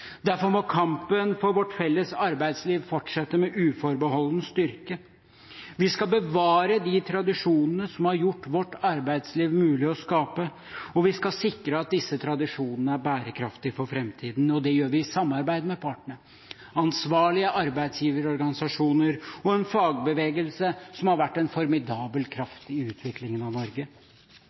Derfor må kampen for vårt felles arbeidsliv fortsette med uforbeholden styrke. Vi skal bevare de tradisjonene som har gjort vårt arbeidsliv mulig å skape, og vi skal sikre at disse tradisjonene er bærekraftige for framtiden. Det gjør vi i samarbeid med partene – ansvarlige arbeidsgiverorganisasjoner og en fagbevegelse som har vært en formidabel kraft i utviklingen av Norge.